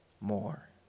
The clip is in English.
more